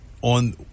on